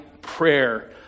prayer